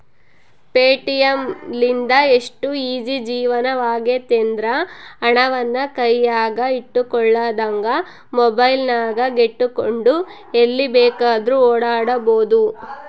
Paytm ಲಿಂದ ಎಷ್ಟು easy ಜೀವನವಾಗೆತೆಂದ್ರ, ಹಣವನ್ನು ಕೈಯಗ ಇಟ್ಟುಕೊಳ್ಳದಂಗ ಮೊಬೈಲಿನಗೆಟ್ಟುಕೊಂಡು ಎಲ್ಲಿ ಬೇಕಾದ್ರೂ ಓಡಾಡಬೊದು